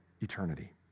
eternity